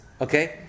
Okay